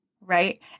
right